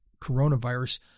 coronavirus